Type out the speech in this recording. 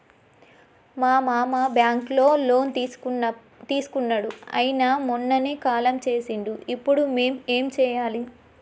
మా మామ బ్యాంక్ లో లోన్ తీసుకున్నడు అయిన మొన్ననే కాలం చేసిండు ఇప్పుడు మేం ఏం చేయాలి?